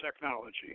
technology